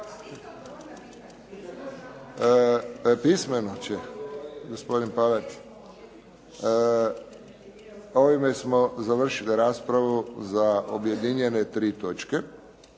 se ne razumije./ … Ovime smo završili raspravu za objedinjene tri točke.